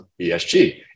ESG